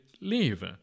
leave